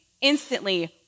instantly